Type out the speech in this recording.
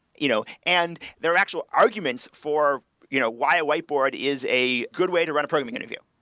you know and their actual arguments for you know why a whiteboard is a good way to run a programming interview.